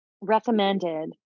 recommended